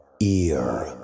ear